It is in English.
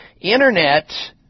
Internet